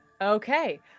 okay